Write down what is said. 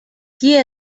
qui